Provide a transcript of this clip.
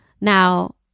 Now